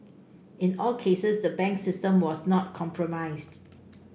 in all cases the banks system was not compromised